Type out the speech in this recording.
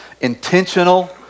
intentional